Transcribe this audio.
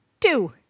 Two